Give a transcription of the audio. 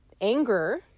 anger